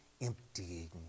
emptying